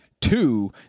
Two